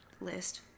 list